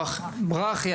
ברכיה